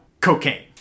Cocaine